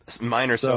Minor